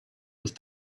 with